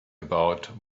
about